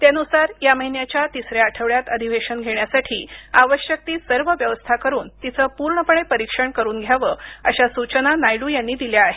त्यानुसार या महिन्याच्या तिसऱ्या आठवड्यात अधिवेशन घेण्यासाठी आवश्यक ती सर्व व्यवस्था करून तिचं पूर्णपणे परीक्षण करून घ्यावं अशा सुचना नायडू यांनी दिल्या आहेत